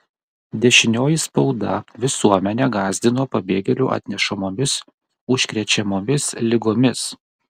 dešinioji spauda visuomenę gąsdino pabėgėlių atnešamomis užkrečiamomis ligomis